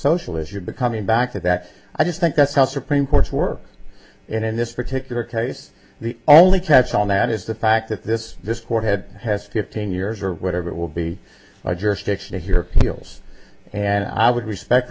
social issue becoming back to that i just think that's how supreme courts work and in this particular case the only catch on that is the fact that this this court had has fifteen years or whatever it will be jurisdiction to hear appeals and i would respect